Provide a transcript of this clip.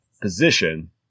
position